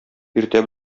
иртә